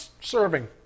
serving